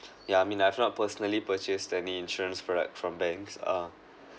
ya I mean I've not personally purchased any insurance product from banks uh